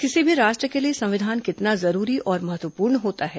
किसी भी राष्ट्र के लिए संविधान कितना जरूरी और महत्वपूर्ण होता है